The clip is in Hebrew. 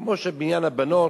כמו שבעניין הבנות,